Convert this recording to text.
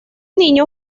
niño